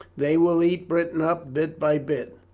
they will eat britain up bit by bit.